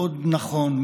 מאוד נכון,